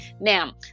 now